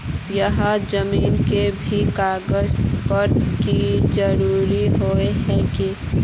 यहात जमीन के भी कागज पत्र की जरूरत होय है की?